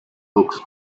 books